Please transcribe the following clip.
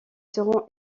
seront